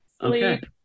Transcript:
Sleep